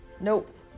Nope